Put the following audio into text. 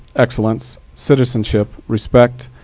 excellence, citizenship, respect,